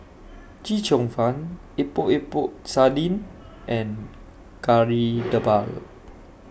Chee Cheong Fun Epok Epok Sardin and Kari Debal